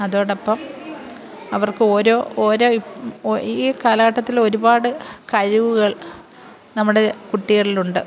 അതോടൊപ്പം അവര്ക്ക് ഓരോ ഓരോ ഈ കാലഘട്ടത്തിൽ ഒരുപാട് കഴിവുകള് നമ്മുടെ കുട്ടികളിൽ ഉണ്ട്